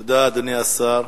תודה, אדוני השר.